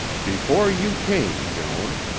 before you came, joan,